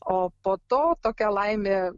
o po to tokia laimė